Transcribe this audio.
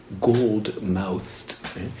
gold-mouthed